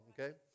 Okay